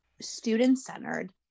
student-centered